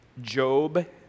Job